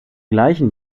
gleichen